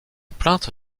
plainte